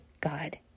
God